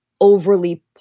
overly